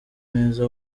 neza